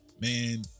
man